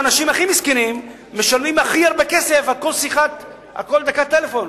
האנשים הכי מסכנים משלמים הכי הרבה כסף על כל דקת טלפון.